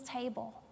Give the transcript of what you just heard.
table